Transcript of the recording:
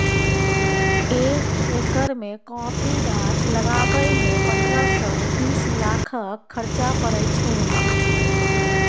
एक एकर मे कॉफी गाछ लगाबय मे पंद्रह सँ बीस लाखक खरचा परय छै